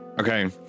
Okay